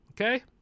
Okay